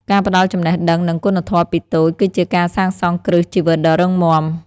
ការផ្ដល់ចំណេះដឹង និងគុណធម៌ពីតូច គឺជាការសាងសង់គ្រឹះជីវិតដ៏រឹងមាំ។